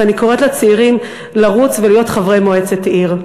ואני קוראת לצעירים לרוץ ולהיות חברי מועצת עיר.